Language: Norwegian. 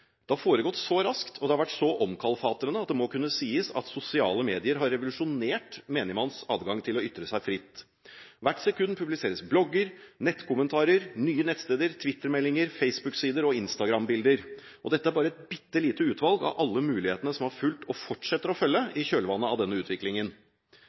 Det har foregått så raskt og har vært så omkalfatrende at det må kunne sies at sosiale medier har revolusjonert menigmanns adgang til å ytre seg fritt. Hvert sekund publiseres blogger, nettkommentarer, nye nettsteder, Twitter-meldinger, Facebook-sider og Instagram-bilder. Dette er bare et bitte lite utvalg av alle mulighetene som har fulgt, og som fortsetter å